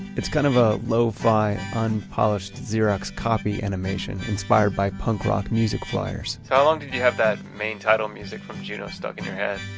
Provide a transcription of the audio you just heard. it's kind of a lo-fi, unpolished xerox copy animation, inspired by punk rock music fliers so how long did you have that main title music from juno stuck in your head?